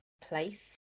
place